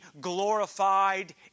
glorified